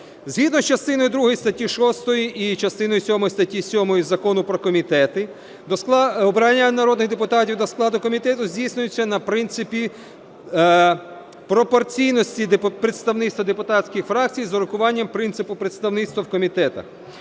6 і частиною сьомою статті 7 Закону про комітети обрання народних депутатів до складу комітету здійснюється на принципі пропорційності представництва депутатських фракцій з урахуванням принципу представництва у комітетах.